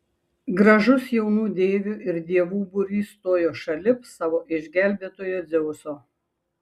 gražus jaunų deivių ir dievų būrys stojo šalip savo išgelbėtojo dzeuso